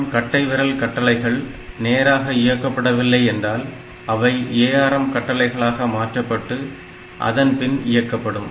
ARM கட்டைவிரல் கட்டளைகள் நேராக இயக்கப்படவில்லை என்றால் அவை ARM கட்டளைகளாக மாற்றப்பட்டு அதன்பின் இயக்கப்படும்